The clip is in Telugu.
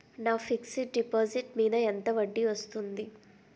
నా ఫిక్సడ్ డిపాజిట్ మీద ఎంత వడ్డీ వస్తుంది?